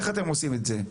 איך אתם עושים את זה?